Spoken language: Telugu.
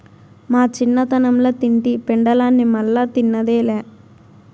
మా చిన్నతనంల తింటి పెండలాన్ని మల్లా తిన్నదేలా